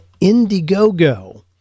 Indiegogo